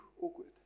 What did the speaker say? awkward